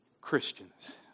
Christians